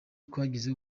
twagize